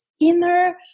inner